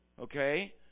Okay